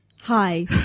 hi